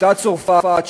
אותה צרפת,